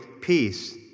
peace